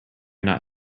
not